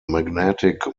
magnetic